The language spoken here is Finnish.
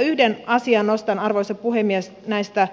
yhden asian nostan arvoisa puhemies näistä